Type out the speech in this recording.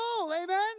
Amen